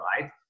right